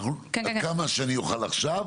עד כמה שאני אוכל עכשיו,